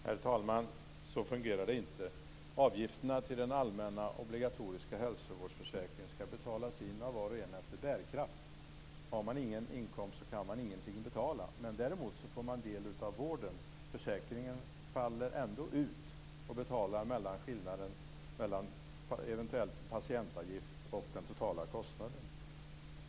Herr talman! Så fungerar det inte. Avgifterna till den allmänna, obligatoriska hälsovårdsförsäkringen skall betalas in av var och en efter bärkraft. Har man ingen inkomst så kan man ingenting betala. Däremot får man del av vården. Försäkringen faller ändå ut och betalar mellanskillnaden mellan eventuell patientavgift och den totala kostnaden.